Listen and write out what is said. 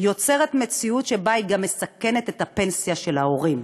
יוצרת מציאות שבה היא גם מסכנת את הפנסיה של ההורים.